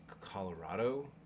Colorado